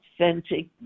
authentic